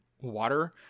water